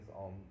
on